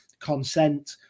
consent